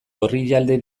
orrialde